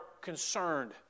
concerned